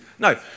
No